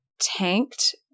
tanked